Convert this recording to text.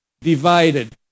divided